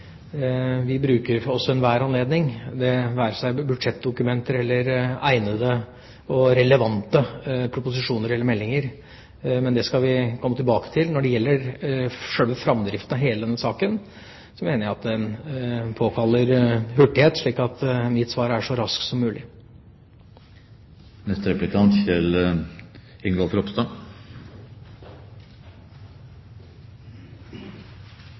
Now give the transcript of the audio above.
vi jo mange anledninger til det. Vi bruker også enhver anledning, det være seg budsjettdokumenter eller egnede og relevante proposisjoner eller meldinger, men det skal vi komme tilbake til. Når det gjelder selve framdriften av hele saken, mener jeg at den påkaller hurtighet, slik at mitt svar er: så raskt som mulig.